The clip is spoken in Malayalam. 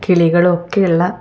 കിളികളൊക്കെയുള്ള